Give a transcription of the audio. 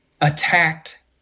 attacked